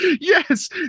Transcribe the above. Yes